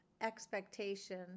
expectation